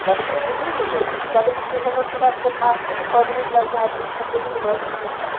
Jadavpur station রোডে তো Jadavpur station road থেকে আসতে পাঁচ থেকে ছ মিনিট লাগবে হার্ডলি খুব বেশি হলে দশ মিনিট